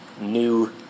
New